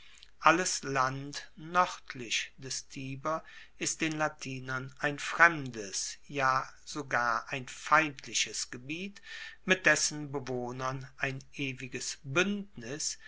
alles land noerdlich des tiber ist den latinern ein fremdes ja sogar ein feindliches gebiet mit dessen bewohnern ein ewiges buendnis